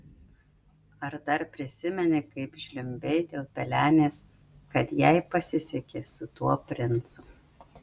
ar dar prisimeni kaip žliumbei dėl pelenės kad jai pasisekė su tuo princu